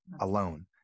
alone